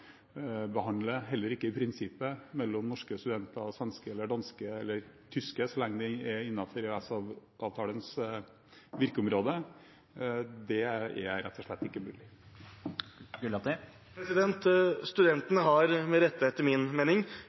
heller ikke i prinsippet, mellom norske og svenske studenter eller danske og tyske, så lenge det er innenfor EØS-avtalens virkeområde. Det er rett og slett ikke mulig. Det blir oppfølgingsspørsmål – først Himanshu Gulati. Studentene har med rette,